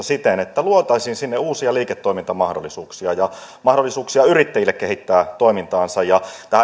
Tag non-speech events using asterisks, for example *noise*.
*unintelligible* siten että luotaisiin sinne uusia liiketoimintamahdollisuuksia ja mahdollisuuksia yrittäjille kehittää toimintaansa tähän